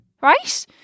right